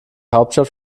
hauptstadt